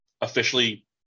officially